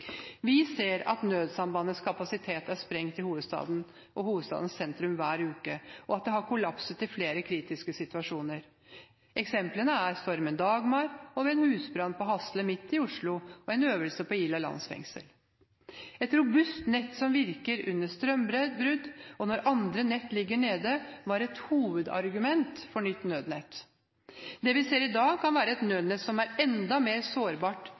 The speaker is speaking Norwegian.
Vi ser at nødsambandets kapasitet er sprengt i hovedstaden og hovedstadens sentrum hver uke, og at det har kollapset i flere kritiske situasjoner. Eksempler er stormen Dagmar, en husbrann på Hasle, midt i Oslo, og en øvelse på Ila landsfengsel. Et robust nett som virker under strømbrudd og når andre nett ligger nede, var et hovedargument for nytt nødnett. Det vi ser i dag, kan være et nødnett som er enda mer sårbart